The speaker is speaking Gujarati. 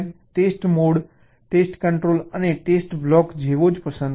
ટેસ્ટ મોડ ટેસ્ટ કંટ્રોલ અને ટેસ્ટ બ્લોક જેવો જ પસંદ કરો